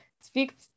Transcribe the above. speak